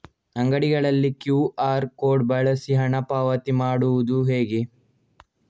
ಅಂಗಡಿಗಳಲ್ಲಿ QR code ಬಳಸಿ ಹಣ ಪಾವತಿ ಮಾಡೋದು ಹೇಗೆ?